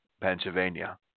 Pennsylvania